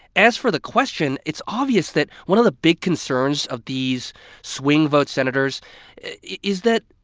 as for the question, it's obvious that one of the big concerns of these swing-vote senators is that,